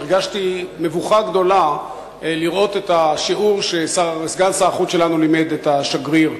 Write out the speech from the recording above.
הרגשתי מבוכה גדולה לראות את השיעור שסגן שר החוץ שלנו לימד את השגריר,